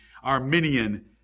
arminian